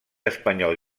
espanyol